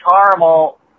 caramel